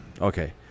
Okay